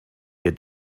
wir